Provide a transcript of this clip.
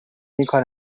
اینکار